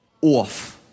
off